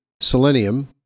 selenium